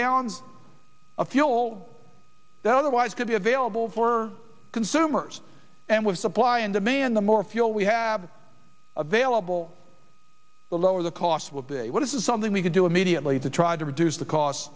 gallons of fuel that otherwise could be available for consumers and with supply and demand the more fuel we have available the lower the cost will be what is something we can do immediately to try to reduce the cost